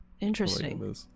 Interesting